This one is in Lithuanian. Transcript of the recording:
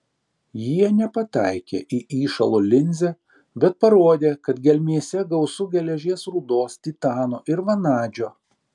jie nepataikė į įšalo linzę bet parodė kad gelmėse gausu geležies rūdos titano ir vanadžio